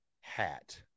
hat